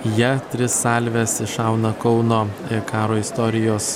ja tris salves iššauna kauno karo istorijos